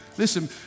Listen